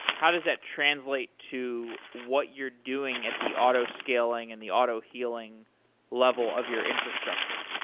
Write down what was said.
how does that translate to what you're doing at the auto scaling and the auto healing level of your infrastructure?